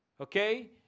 okay